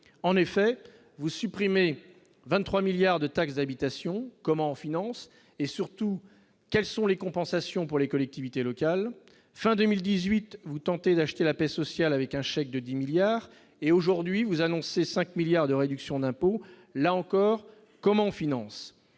en effet vous supprimez 23 milliards de taxes d'habitation, comment on finance et surtout qu'elles sont les compensations pour les collectivités locales, fin 2018 vous tentez d'acheter la paix sociale avec un chèque de 10 milliards et aujourd'hui, vous annoncez 5 milliards de réduction d'impôts là encore comment finance